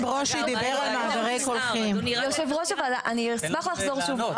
אני אשמח לחזור שוב,